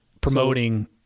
Promoting